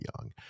young